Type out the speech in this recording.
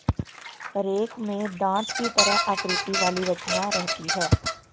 rake में दाँत की तरह आकृति वाली रचना रहती है